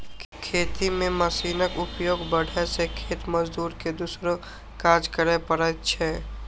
खेती मे मशीनक उपयोग बढ़ै सं खेत मजदूर के दोसरो काज करै पड़ै छै